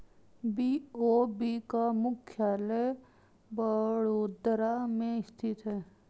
BOB का मुख्यालय बड़ोदरा में स्थित है